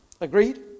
Agreed